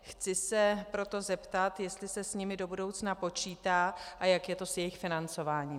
Chci se proto zeptat, jestli se s nimi do budoucna počítá a jak je to s jejich financováním.